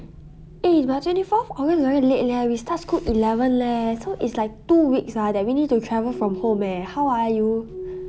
eh but twenty fourth august very late leh we start school eleventh leh so it's like two weeks ah then we need to travel from home then how ah you